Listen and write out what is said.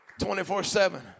24-7